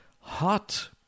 hot